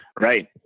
Right